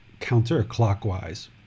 counterclockwise